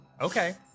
Okay